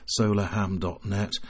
solarham.net